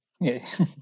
Yes